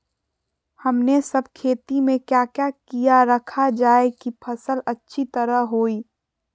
हमने सब खेती में क्या क्या किया रखा जाए की फसल अच्छी तरह होई?